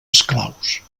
esclaus